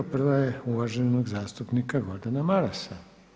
Prva je uvaženog zastupnika Gordana Marasa.